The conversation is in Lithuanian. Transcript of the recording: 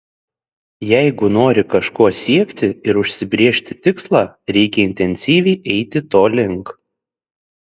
jeigu nori kažko siekti ir užsibrėžti tikslą reikia intensyviai eiti to link